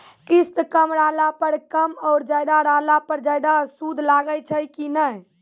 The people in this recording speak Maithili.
किस्त कम रहला पर कम और ज्यादा रहला पर ज्यादा सूद लागै छै कि नैय?